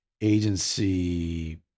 agency